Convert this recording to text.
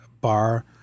bar –